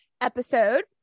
episode